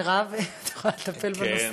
מרב, את יכולה לטפל בנושא?